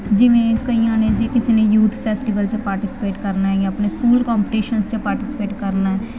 ਜਿਵੇਂ ਕਈਆਂ ਨੇ ਜੇ ਕਿਸੇ ਨੇ ਯੂਥ ਫੈਸਟੀਵਲ 'ਚ ਪਾਰਟੀਸਪੇਟ ਕਰਨਾ ਜਾਂ ਆਪਣੇ ਸਕੂਲ ਕੰਪਟੀਸ਼ਨ ਜਾਂ ਪਾਰਟੀਸੀਪੇਟ ਕਰਨਾ